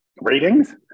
ratings